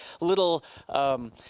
little